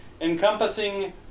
encompassing